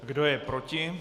Kdo je proti?